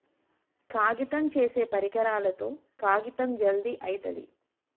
కాగితం చేసే పరికరాలతో కాగితం జల్ది అయితది